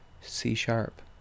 C-sharp